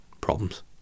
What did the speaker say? Problems